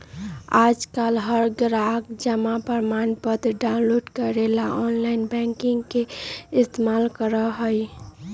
आजकल हर ग्राहक जमा प्रमाणपत्र डाउनलोड करे ला आनलाइन बैंकिंग के इस्तेमाल करा हई